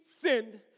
sinned